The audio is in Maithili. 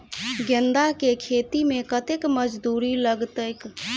गेंदा केँ खेती मे कतेक मजदूरी लगतैक?